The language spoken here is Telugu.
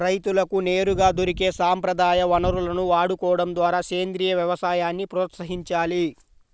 రైతులకు నేరుగా దొరికే సంప్రదాయ వనరులను వాడుకోడం ద్వారా సేంద్రీయ వ్యవసాయాన్ని ప్రోత్సహించాలి